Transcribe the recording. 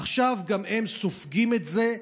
עכשיו גם הם סופגים את זה,